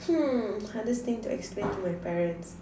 hmm hardest thing to explain to my parents